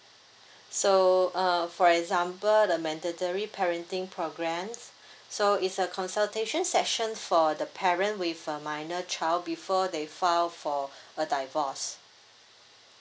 so uh for example the mandatory parenting program so it's a consultation session for the parent with a minor child before they filed for a divorce